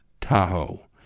Tahoe